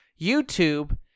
YouTube